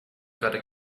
gotta